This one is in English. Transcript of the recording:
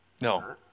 No